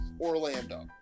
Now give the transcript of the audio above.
Orlando